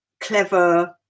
clever